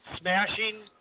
Smashing